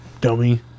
Dummy